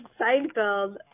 Seinfeld